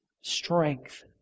strength